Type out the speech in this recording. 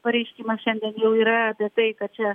pareiškimas šiandien jau yra apie tai kad čia